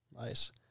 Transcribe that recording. Nice